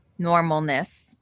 normalness